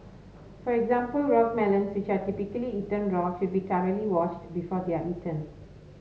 for example rock melons which are typically eaten raw should be thoroughly washed before they are eaten